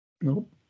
Nope